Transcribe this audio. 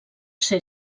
ser